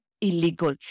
illegal